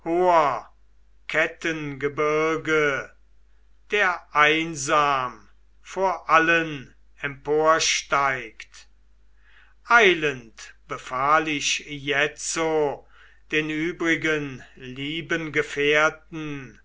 hoher kettengebirge der einsam vor allen emporsteigt eilend befahl ich jetzo den übrigen lieben gefährten